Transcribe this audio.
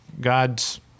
God's